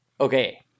Okay